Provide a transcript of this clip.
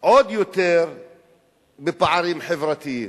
עוד יותר בפערים חברתיים.